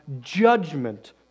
judgment